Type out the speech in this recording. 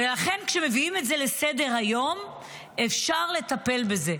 ולכן כשמביאים את זה לסדר-היום, אפשר לטפל בזה.